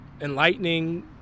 enlightening